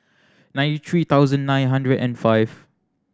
ninety three thousand nine hundred and five